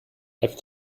i’ve